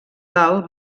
del